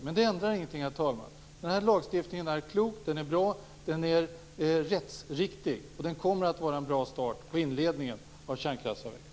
Detta ändrar dock ingenting, herr talman. Den här lagstiftningen är klok, bra och rättsriktig, och den kommer att vara en bra start på inledningen av kärnkraftsavvecklingen.